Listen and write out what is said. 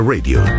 Radio